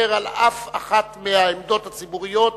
על אף אחת מהעמדות והדעות הציבוריות